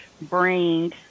bring